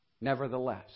Nevertheless